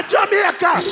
Jamaica